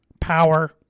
power